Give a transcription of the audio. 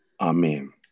Amen